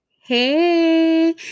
hey